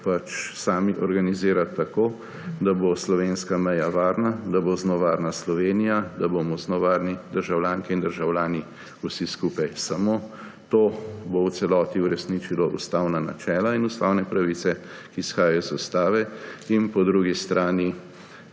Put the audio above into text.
sami organizirati tako, da bo slovenska meja varna, da bo z njo varna Slovenija, da bomo z njo varni državljanke in državljani, vsi skupaj. Samo to bo v celoti uresničilo ustavna načela in ustavne pravice, ki izhajajo iz ustave, in po drugi strani